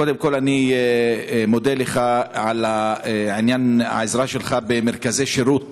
קודם כול, אני מודה לך על העזרה שלך במרכזי שירות